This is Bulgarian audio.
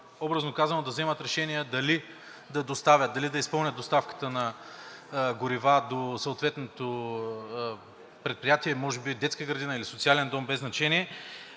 образно казано, да вземат решения дали да изпълнят доставките на горива до съответното предприятие, детска градина или социален дом – без значение,